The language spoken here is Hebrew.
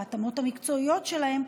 ההתאמות המקצועיות שלהם,